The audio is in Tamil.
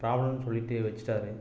பிராப்ளம்னு சொல்லிவிட்டு வச்சிட்டார்